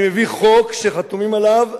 אני מביא חוק שחתומים עליו,